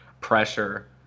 pressure